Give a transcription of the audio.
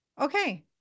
okay